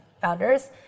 founders